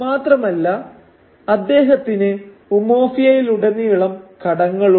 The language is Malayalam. മാത്രമല്ല അദ്ദേഹത്തിന് ഉമൊഫിയയിലൂടെനീളം കടങ്ങളുണ്ട്